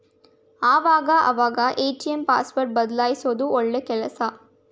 ಆವಾಗ ಅವಾಗ ATM password ಬದಲ್ಯಿಸೋದು ಒಳ್ಳೆ ಕೆಲ್ಸ